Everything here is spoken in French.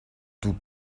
tout